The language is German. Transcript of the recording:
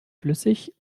flüssig